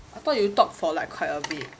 I thought you talk for like quite a bit